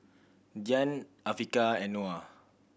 Dian Afiqah and Noah